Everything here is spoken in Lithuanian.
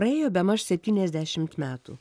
praėjo bemaž septyniasdešimt metų